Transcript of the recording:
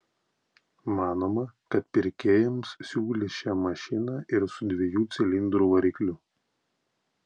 manoma kad pirkėjams siūlys šią mašiną ir su dviejų cilindrų varikliu